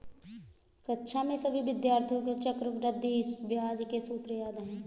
कक्षा के सभी विद्यार्थियों को चक्रवृद्धि ब्याज के सूत्र याद हैं